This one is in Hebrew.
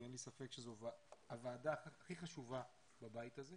ואין לי ספק שזו הוועדה הכי חשובה בבית הזה,